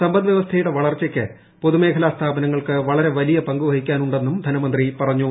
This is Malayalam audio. സമ്പദ്വ്യവസ്ഥയുടെ വളർച്ചയ്ക്ക് പൊതുമേഖലാ സ്ഥാപനങ്ങൾക്ക് വളരെ വലിയ പങ്കുവഹിക്കാനു ണ്ടെന്നും ധനമന്ത്രി പറഞ്ഞു